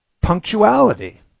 punctuality